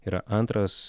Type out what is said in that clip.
yra antras